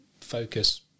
focus